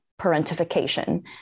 parentification